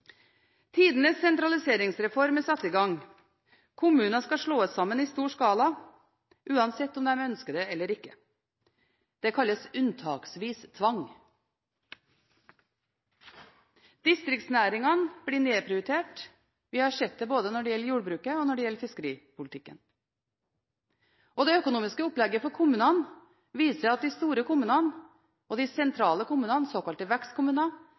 Tidenes sentraliseringsreform er satt i gang. Kommuner skal slås sammen i stor skala uansett om de ønsker det eller ikke. Det kalles unntaksvis tvang. Distriktsnæringene blir nedprioritert. Vi har sett det både når det gjelder jordbruket, og når det gjelder fiskeripolitikken. Det økonomiske opplegget for kommunene viser at de store og sentrale kommunene, såkalte vekstkommuner,